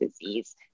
disease